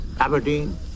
Aberdeen